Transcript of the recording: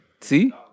See